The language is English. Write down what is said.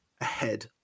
ahead